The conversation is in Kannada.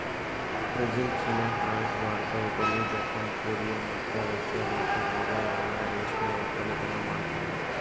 Brazil, China, France, Bharat, Italy, Japan, Korea ಮತ್ತ ರಷ್ಯಾ ದೇಶಗೊಳ್ದಾಗ್ ಎಲ್ಲಾ ರೇಷ್ಮೆ ಒಕ್ಕಲತನ ಮಾಡ್ತಾರ